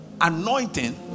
anointing